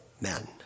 men